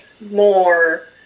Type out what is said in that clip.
more